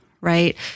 right